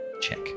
check